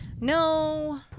No